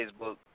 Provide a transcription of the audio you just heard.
Facebook